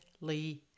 Lee